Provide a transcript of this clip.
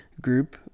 group